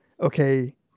okay